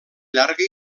llarga